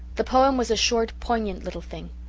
the poem was a short, poignant little thing.